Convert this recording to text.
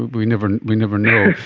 we never we never know.